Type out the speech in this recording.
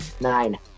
Nine